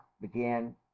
began